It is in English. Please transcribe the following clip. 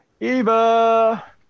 Eva